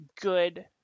good